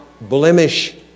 blemish